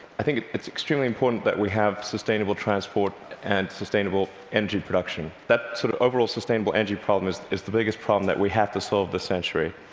i think it's extremely important that we have sustainable transport and sustainable energy production. that sort of overall sustainable energy problem is is the biggest problem that we have to solve this century,